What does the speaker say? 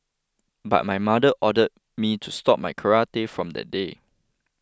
but my mother ordered me to stop my karate from the day